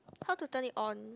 how to turn it on